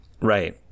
Right